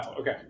Okay